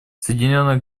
соединенное